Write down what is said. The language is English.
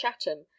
chatham